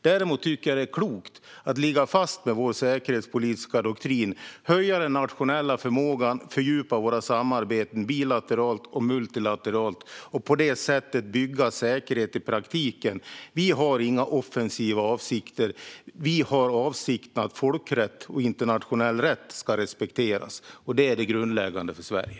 Däremot är det klokt att stå fast vid vår säkerhetspolitiska doktrin, höja den nationella förmågan, fördjupa våra samarbeten, bilateralt och multilateralt, och på det sättet bygga säkerhet i praktiken. Vi har inga offensiva avsikter. Vi har avsikten att folkrätt och internationell rätt ska respekteras. Det är det grundläggande för Sverige.